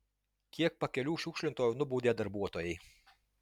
kiek pakelių šiukšlintojų nubaudė darbuotojai